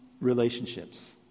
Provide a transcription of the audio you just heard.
relationships